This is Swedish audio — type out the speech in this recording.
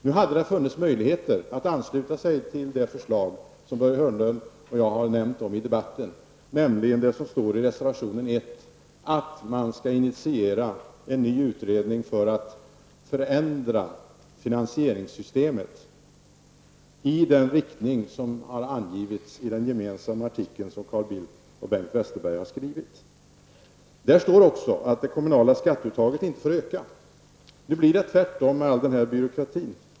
Nu fanns det möjligheter att ansluta sig till det förslag som Börje Hörnlund och jag nämnde i debatten och som finns i reservation 1, nämligen att man skall initiera en ny utredning för att förändra finansieringssystemet i den riktning som har angivits i artikeln som Carl Bildt och Bengt Westerberg har skrivit. Där står också att det kommunala skatteuttaget inte får öka. Det blir tvärtom med all byråkrati.